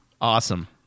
awesome